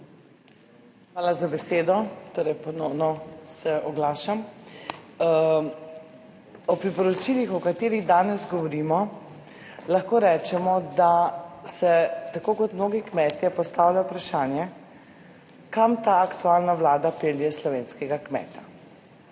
Hvala za besedo. Torej ponovno se oglašam. O priporočilih o katerih danes govorimo, lahko rečemo, da se tako kot mnogi kmetje, postavlja vprašanje, kam ta aktualna Vlada pelje slovenskega kmeta.